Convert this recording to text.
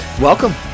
welcome